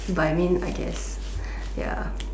but I mean I guess ya